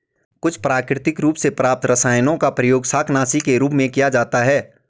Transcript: कुछ प्राकृतिक रूप से प्राप्त रसायनों का प्रयोग शाकनाशी के रूप में किया जाता है